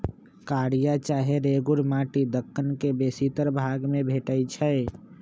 कारिया चाहे रेगुर माटि दक्कन के बेशीतर भाग में भेटै छै